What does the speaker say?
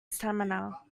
stamina